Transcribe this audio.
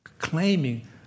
claiming